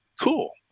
cool